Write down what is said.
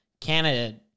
canada